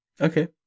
Okay